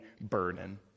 burden